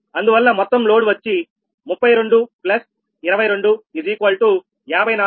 అందువల్ల మొత్తం లోడ్ వచ్చి 322254 𝑀W